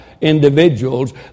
individuals